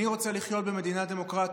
אני רוצה לחיות במדינה דמוקרטית,